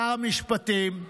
שר המשפטים,